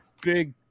big